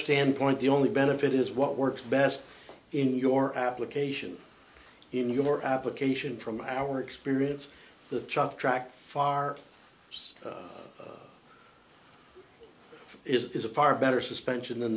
standpoint the only benefit is what works best in your application in your application from our experience the truck track far worse it is a far better suspension than